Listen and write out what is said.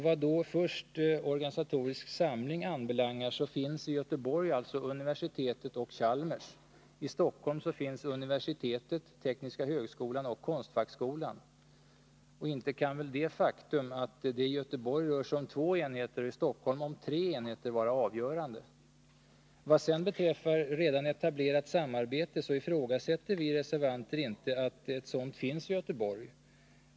Vad först organisatorisk samling anbelangar, så finns i Göteborg universitetet och Chalmers. I Stockholm finns universitetet, tekniska högskolan och konstfackskolan. Inte kan väl det faktum att det i Göteborg rör sig om två enheter och i Stockholm tre enheter vara avgörande? Vad sedan beträffar redan etablerat samarbete ifrågasätter vi reservanter inte att ett sådant finns i Göteborg.